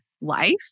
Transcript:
life